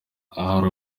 ahari